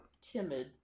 timid